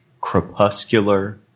crepuscular